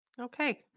okay